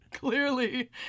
Clearly